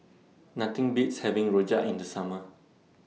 Nothing Beats having Rojak in The Summer